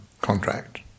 contract